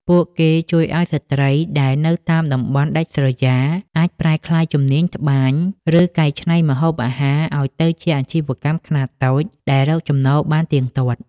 ពួកគេជួយឱ្យស្រ្តីដែលនៅតាមតំបន់ដាច់ស្រយាល អាចប្រែក្លាយជំនាញត្បាញ ឬកែច្នៃម្ហូបអាហារឱ្យទៅជាអាជីវកម្មខ្នាតតូចដែលរកចំណូលបានទៀងទាត់។